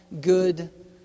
good